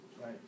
right